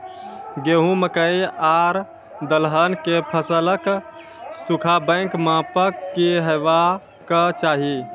गेहूँ, मकई आर दलहन के फसलक सुखाबैक मापक की हेवाक चाही?